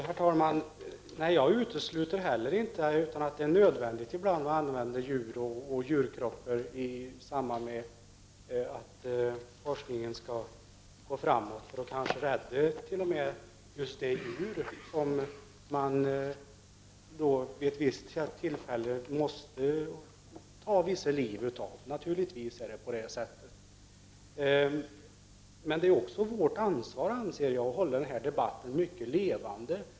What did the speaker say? Herr talman! Nej, jag utesluter inte heller att det ibland är nödvändigt att använda djur och djurkroppar för att forskningen skall gå framåt och kanske t.o.m. för att just det djur som vid ett visst tillfälle måste avlivas skall kunna räddas. Men det är också vårt ansvar att hålla den här debatten mycket levande.